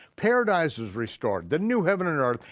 paradise is restored, then new heaven and earth,